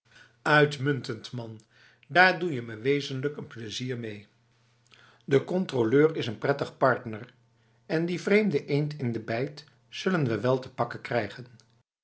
uitmuntend man daar doe je me wezenlijk n plezier mee de controleur is een prettig partner en die vreemde eend in de bijt zullen we wel te pakken krijgen